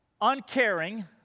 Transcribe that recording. uncaring